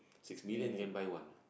six million can buy one ah